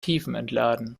tiefentladen